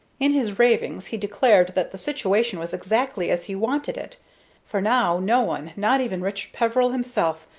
in his ravings he declared that the situation was exactly as he wanted it for now no one, not even richard peveril himself,